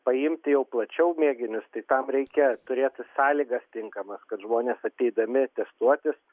paimti jau plačiau mėginius tai tam reikia turėti sąlygas tinkamas kad žmonės ateidami testuotis